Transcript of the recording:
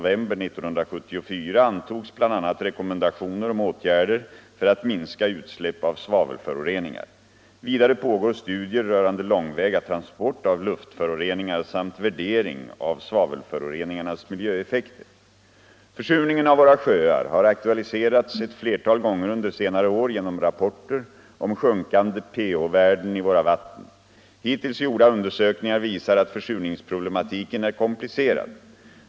Vid kommendationer om åtgärder för att minska utsläpp av svavelförore ningar. Vidare pågår studier rörande långväga transport av luftförore ningar samt värdering av svavelföroreningarnas miljöeffekter. Försurningen av våra sjöar har aktualiserats ett flertal gånger under senare år genom rapporter om sjunkande pH-värden i våra vatten. Hittills gjorda undersökningar visar att försurningsproblematiken är komplicerad.